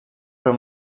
però